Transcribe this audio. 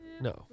no